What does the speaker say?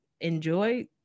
enjoy